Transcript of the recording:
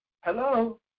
Hello